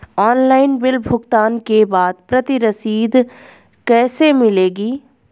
Online bill भुगतान के बाद प्रति रसीद कैसे मिलेगी?